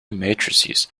matrices